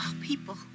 people